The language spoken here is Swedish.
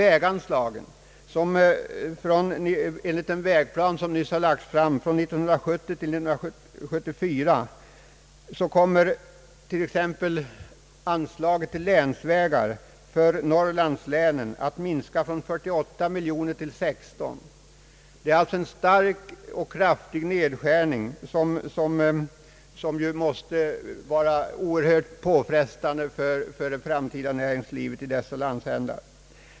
Enligt den vägplan som nyss lagts fram för tiden 1970—1974 kommer anslaget till länsvägar för Norrlandslänen att minska från 48 miljoner till 16 miljoner kronor. Det är alltså en stark och kraftig nedskärning som måste vara mycket påfrestande för det framtida näringslivet i dessa landsändar.